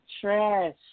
trash